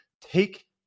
Take